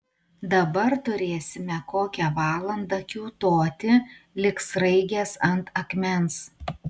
dabar turėsime kokią valandą kiūtoti lyg sraigės ant akmens